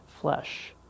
flesh